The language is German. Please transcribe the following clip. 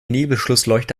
nebelschlussleuchte